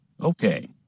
Okay